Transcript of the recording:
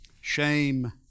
shame